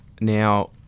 now